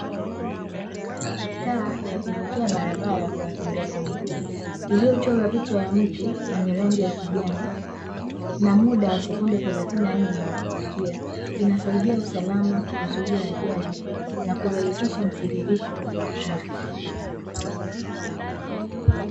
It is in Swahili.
Taa ya kuvukia barabara kwa watembea kwa miguu iliyochora picha ya mtu yenye rangi ya kijani na muda wa sekunde thelathini na nne wa kuvukia, inasaidia usalama, kuzuia ajali na kurahisisha mtiririko wa trafiki.